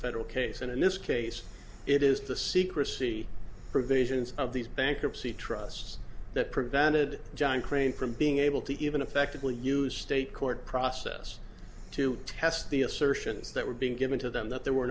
federal case and in this case it is the secrecy provisions of these bankruptcy trusts that prevented john crane from being able to even effectively use state court process to test the assertions that were being given to them that there were